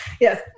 Yes